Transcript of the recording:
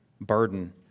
burden